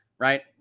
Right